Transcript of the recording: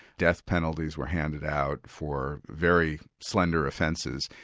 death penalties were handed out for very slender offences,